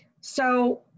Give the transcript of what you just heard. So-